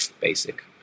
basic